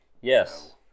Yes